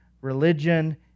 religion